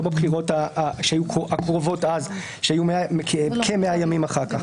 לא בבחירות הקרובות שהיו כ-100 ימים אחר כך,